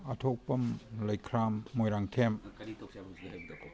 ꯑꯊꯣꯛꯄꯝ ꯂꯩꯈ꯭ꯔꯥꯝ ꯃꯣꯏꯔꯥꯡꯊꯦꯝ